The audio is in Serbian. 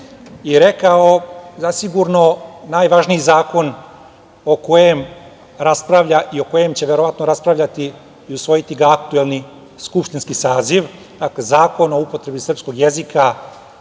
i rekao – zasigurno najvažniji zakon o kojem raspravlja i o kojem će verovatno raspravljati i usvojiti ga aktuelni skupštinski saziv, dakle, Zakon o upotrebi srpskog jezika